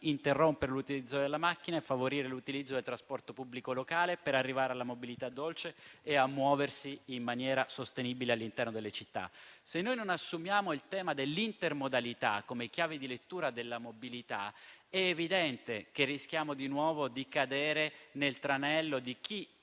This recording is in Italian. interrompere l'utilizzo della macchina, posso favorire l'utilizzo del trasporto pubblico locale per arrivare alla mobilità dolce e a muoversi in maniera sostenibile all'interno delle città. Se noi non assumiamo il tema dell'intermodalità come chiave di lettura della mobilità, è evidente che rischiamo di nuovo di cadere nel tranello di chi